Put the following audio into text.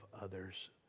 others